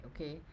okay